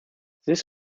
this